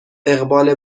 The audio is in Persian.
اقبال